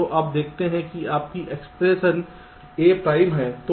तो आप देखते हैं कि आपकी एक्सप्रेशन A प्राइम है